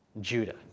Judah